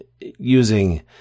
using